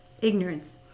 Ignorance